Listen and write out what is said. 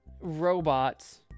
robots